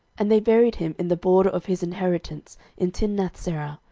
and they buried him in the border of his inheritance in timnathserah,